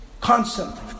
constantly